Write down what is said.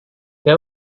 dia